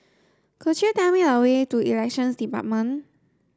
could you tell me the way to Elections Department